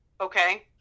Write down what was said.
Okay